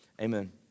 amen